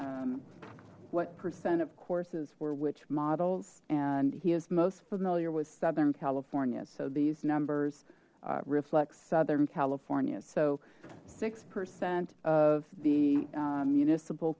him what percent of courses were which models and he is most familiar with southern california so these numbers reflects southern california so six percent of the municipal